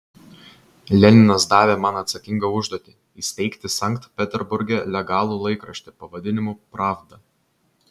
leninas davė man atsakingą užduotį įsteigti sankt peterburge legalų laikraštį pavadinimu pravda